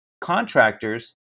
contractors